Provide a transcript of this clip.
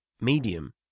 medium